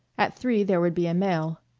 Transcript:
at three there would be a mail.